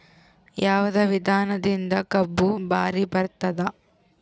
ಯಾವದ ವಿಧಾನದಿಂದ ಕಬ್ಬು ಭಾರಿ ಬರತ್ತಾದ?